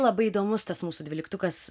labai įdomus tas mūsų dvyliktukas